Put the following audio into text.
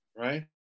Right